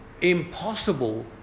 impossible